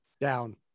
Down